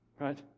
right